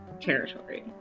territory